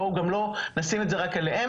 בואו גם לא נשים את זה רק עליהם.